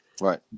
Right